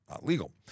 legal